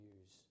use